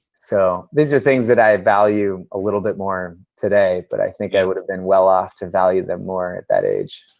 so these are things that i value a little bit more today. but i think i would have been well-off to value them more at that age.